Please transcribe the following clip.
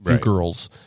girls